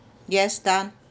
yes done